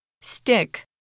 Stick